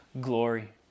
glory